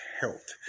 health